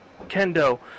kendo